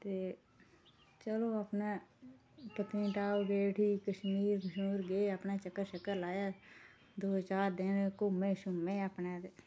ते चलो अपने पत्तनीटाप गे उठी कश्मीर कुश्मीर गे अपने चक्कर शक्कर लाया दो चार दिन घुम्मे शुम्मे अपने ते